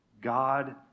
God